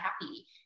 happy